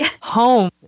home